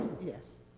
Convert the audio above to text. yes